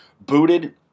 booted